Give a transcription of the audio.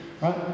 Right